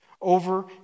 Over